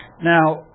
Now